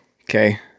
okay